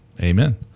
Amen